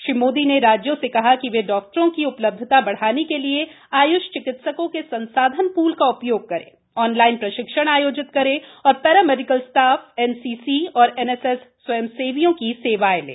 श्री मोदी ने राज्यों से कहा कि वे डॉक्टरों की उ लब्धता बढ़ाने के लिये आयुष चिकित्सकों के संसाधन पूल का उथयोग करें ऑनलाइन प्रशिक्षण आयोजित करें और पैरा मेडिकल स्टाफ एनसीसी तथा एनएसएस स्वयंसेवियों की सेवाएं लें